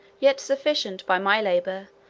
yet sufficient, by my labour,